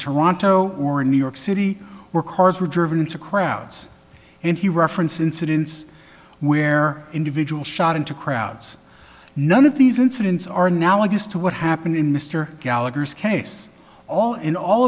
toronto or in new york city where cars were driven into crowds and he referenced incidents where individual shot into crowds none of these incidents are now of use to what happened in mr gallagher's case all in all